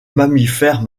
mammifères